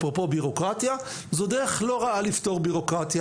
אפרופו בירוקרטיה זו דרך לא רעה לפתור בירוקרטיה.